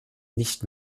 nicht